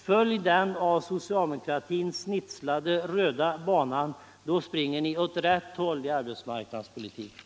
Följ den av socialdemokratin snitsltade röda banan! Då springer ni åt rätt håll i arbetsmarknadspolitiken.